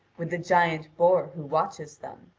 with the giant boor who watches them.